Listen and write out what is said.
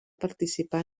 participar